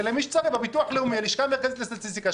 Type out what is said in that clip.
למי שצריך בביטוח לאומי או בלשכה המרכזית לסטטיסטיקה.